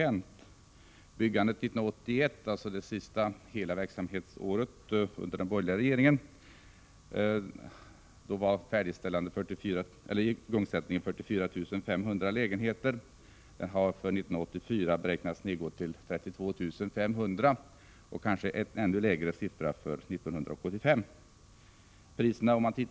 År 1981, dvs. det sista hela verksamhetsåret under den borgerliga regeringsperioden, igångsattes byggandet av 44 500 lägenheter. För 1984 beräknas antalet igångsatta lägenheter till 32 500, och siffran för 1985 är kanske ännu lägre.